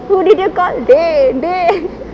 who did you call dey dey